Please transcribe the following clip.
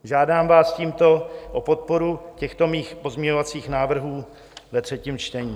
Žádám vás tímto o podporu těchto mých pozměňovacích návrhů ve třetím čtení.